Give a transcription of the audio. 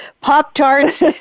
Pop-Tarts